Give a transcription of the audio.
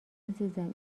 عزیزم